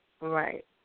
Right